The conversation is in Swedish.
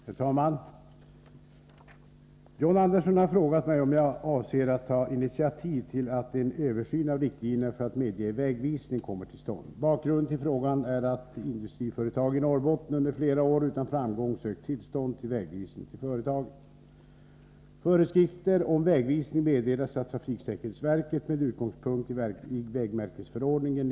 Herr talman! John Andersson har frågat mig om jag avser att ta initiativ till att en översyn av riktlinjerna för att medge vägvisning kommer till stånd. Bakgrunden till frågan är att ett industriföretag i Norrbotten under flera år utan framgång sökt tillstånd till vägvisning till företaget. Föreskrifter om vägvisning meddelas av trafiksäkerhetsverket med utgångspunkt i vägmärkesförordningen .